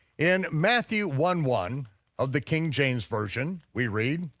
in matthew one one of the king james version, we read,